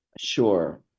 sure